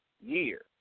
year